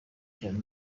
cyane